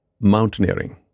mountaineering